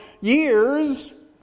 years